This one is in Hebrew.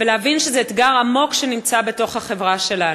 ונבין שזה אתגר עמוק בתוך החברה שלנו.